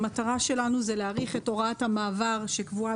המטרה שלנו זה להאריך את הוראת המעבר שקבועה